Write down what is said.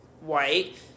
white